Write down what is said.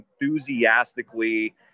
enthusiastically